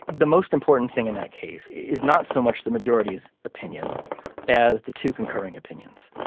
the most important thing in that case is not so much the majority's opinion as the two concurring opinions.